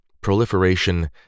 proliferation